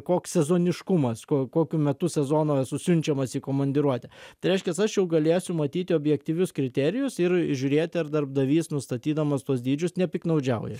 koks sezoniškumas ko kokiu metu sezono esu siunčiamas į komandiruotę tai reiškias aš jau galėsiu matyti objektyvius kriterijus ir žiūrėti ar darbdavys nustatydamas tuos dydžius nepiktnaudžiauja